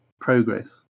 progress